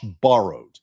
borrowed